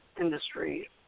industry